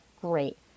great